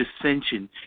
dissension